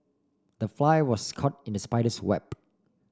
the fly was caught in the spider's web